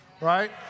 Right